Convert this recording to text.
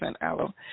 aloe